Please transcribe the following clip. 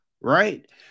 right